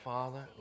Father